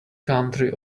country